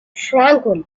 tranquil